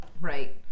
Right